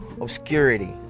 obscurity